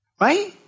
right